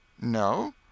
No